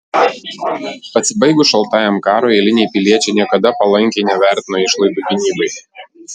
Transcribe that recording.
pasibaigus šaltajam karui eiliniai piliečiai niekada palankiai nevertino išlaidų gynybai